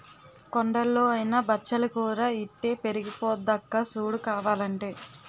కొండల్లో అయినా బచ్చలి కూర ఇట్టే పెరిగిపోద్దక్కా సూడు కావాలంటే